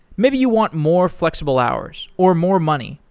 maybe you want more flexible hours, or more money,